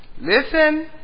Listen